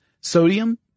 sodium